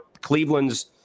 Cleveland's